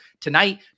tonight